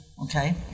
Okay